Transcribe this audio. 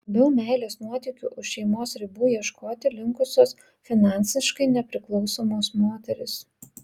labiau meilės nuotykių už šeimos ribų ieškoti linkusios finansiškai nepriklausomos moterys